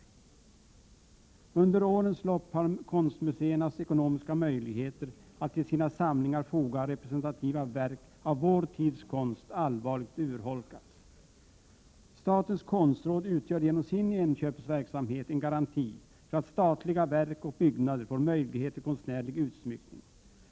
4 Under årens lopp har konstmuseernas ekonomiska möjligheter att till sina samlingar foga representativa verk av vår tids konst allvarligt urholkats. Statens konstråd utgör genom sin inköpsverksamhet en garanti för att statliga verk och byggnader får möjlighet till konstnärlig utsmyckning.